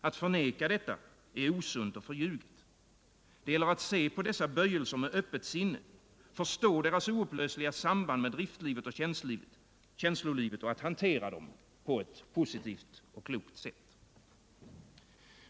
Att förneka detta är osunt och förljuget. Det gäller att se på dessa böjelser med öppet sinne, att förstå deras oupplösliga samband med driftlivet och känslolivet och att hantera dem på ett positivt och klokt sätt.